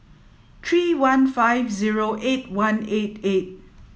three one five zero eight one eight eight